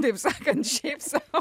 taip sakant šiaip sau